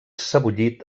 sebollit